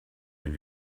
wenn